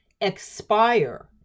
expire